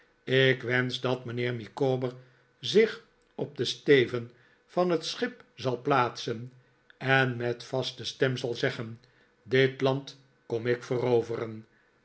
ik wensch dat mijnheer micawber zich op den steven van het schip zal plaatsen en met vaste stem zal zeggen dit land kom ik veroveren